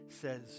says